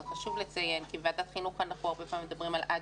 זה חשוב לציין כי בוועדת חינוך אנחנו הרבה פעמים מדברים על עד